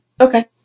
Okay